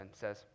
says